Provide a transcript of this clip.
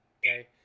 okay